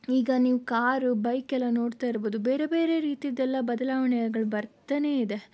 ಈಗ ನೀವು ಕಾರ್ ಬೈಕೆಲ್ಲ ನೋಡ್ತಾ ಇರಬಹುದು ಬೇರೆ ಬೇರೆ ರೀತಿಯದ್ದೆಲ್ಲ ಬದಲಾವಣೆಗಳು ಬರ್ತಾನೆ ಇದೆ